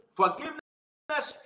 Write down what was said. forgiveness